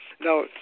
Now